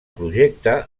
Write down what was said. projecte